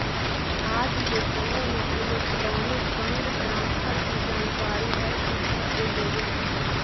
आज के समय में इलेक्ट्रॉनिक फंड ट्रांसफर की जानकारी हर किसी को होवे चाही